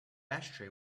ashtray